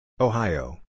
Ohio